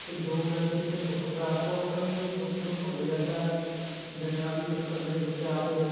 ਅਜੋ ਵਿਅਕਤੀ ਇੱਥੇ ਸੁੱਖਦਾ ਉਹ ਆਪਣੀ ਸੁੱਖ ਨੂੰ ਭੁੱਲ ਜਾਂਦਾ ਦੁਨਿਆਵੀ ਚੱਕਰ ਦੇ ਵਿੱਚ ਆ ਕੇ